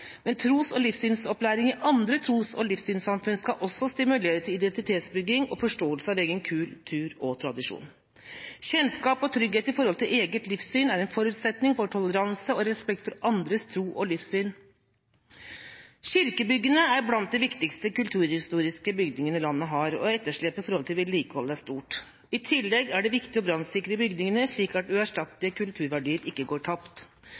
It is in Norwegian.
men tros- og livssynsopplæringen i andre tros- og livssynssamfunn skal også stimulere til identitetsbygging og forståelse av egen kultur og tradisjoner. Kjennskap og trygghet i forhold til eget livssyn er en forutsetning for toleranse og respekt for andres tro og livssyn. Kirkebyggene er blant de viktigste kulturhistoriske bygningene landet har, og etterslepet i vedlikeholdet er stort. I tillegg er det viktig å brannsikre bygningene, slik at uerstattelige kulturverdier ikke går tapt.